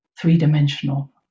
three-dimensional